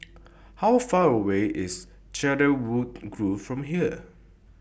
How Far away IS Cedarwood Grove from here